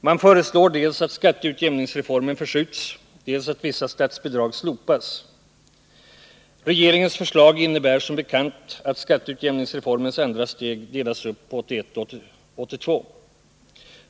Man föreslår dels att skatteutjämningsreformen förskjuts, dels att vissa statsbidrag slopas. Regeringens förslag innebär som bekant att skatteutjämningsreformens andra steg delas upp på 1981 och 1982.